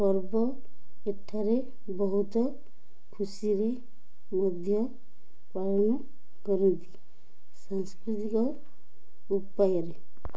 ପର୍ବ ଏଠାରେ ବହୁତ ଖୁସିରେ ମଧ୍ୟ ପାଳନ କରନ୍ତି ସାଂସ୍କୃତିକ ଉପାୟରେ